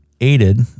aided